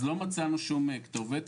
לא מצאנו שום כתובת.